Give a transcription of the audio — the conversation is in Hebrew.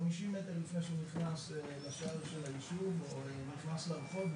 50 מטר לפני שהוא נכנס לשער של היישוב או נכנס לרחוב,